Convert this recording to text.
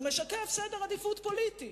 הוא משקף סדר עדיפויות פוליטי